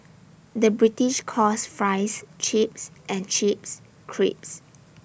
the British calls Fries Chips and Chips Crisps